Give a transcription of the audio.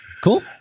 Cool